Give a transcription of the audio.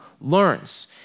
learns